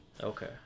Okay